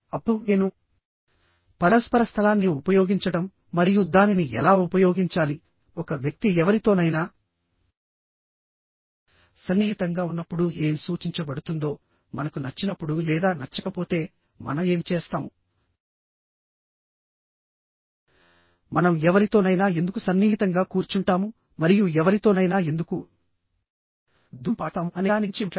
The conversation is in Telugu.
అప్పుడు నేను పరస్పర స్థలాన్ని ఉపయోగించడం మరియు దానిని ఎలా ఉపయోగించాలిఒక వ్యక్తి ఎవరితోనైనా సన్నిహితంగా ఉన్నప్పుడు ఏమి సూచించబడుతుందోమనకు నచ్చినప్పుడు లేదా నచ్చకపోతే మనం ఏమి చేస్తాముమనం ఎవరితోనైనా ఎందుకు సన్నిహితంగా కూర్చుంటాము మరియు ఎవరితోనైనా ఎందుకు దూరం పాటిస్తాము అనే దాని గురించి మాట్లాడాను